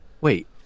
Wait